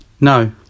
No